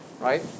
Right